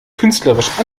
künstlerisch